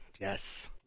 Yes